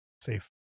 safe